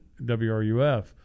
WRUF